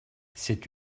c’est